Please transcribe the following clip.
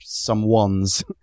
someones